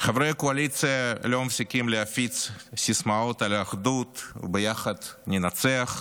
חברי הקואליציה לא מפסיקים להפיץ סיסמאות על אחדות ו"ביחד ננצח",